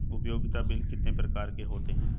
उपयोगिता बिल कितने प्रकार के होते हैं?